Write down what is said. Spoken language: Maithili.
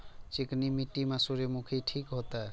चिकनी मिट्टी में सूर्यमुखी ठीक होते?